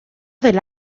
del